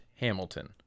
Hamilton